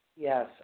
Yes